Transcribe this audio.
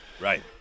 Right